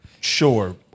sure